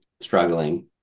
struggling